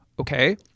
Okay